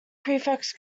prefix